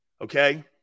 Okay